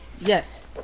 yes